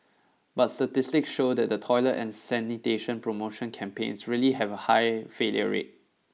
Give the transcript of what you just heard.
but statistics show that toilet and sanitation promotion campaigns really have a high failure rate